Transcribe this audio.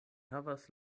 havas